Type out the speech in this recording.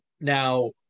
now